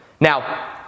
Now